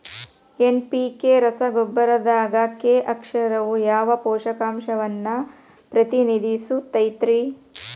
NPK ರಸಗೊಬ್ಬರದಾಗ K ಅಕ್ಷರವು ಯಾವ ಪೋಷಕಾಂಶವನ್ನ ಪ್ರತಿನಿಧಿಸುತೈತ್ರಿ?